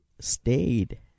stayed